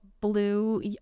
blue